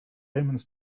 omens